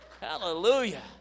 hallelujah